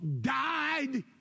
died